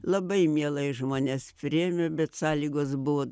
labai mielai žmonės priėmė bet sąlygos buvo